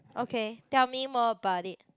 okay tell me more about it